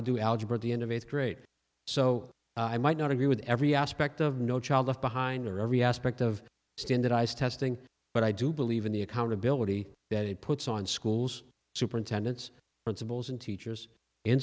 to do algebra the end of eighth grade so i might not agree with every aspect of no child left behind in every aspect of standardized testing but i do believe in the accountability that it puts on schools superintendents principals and teachers